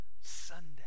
Sunday